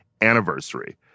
anniversary